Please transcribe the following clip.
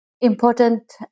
important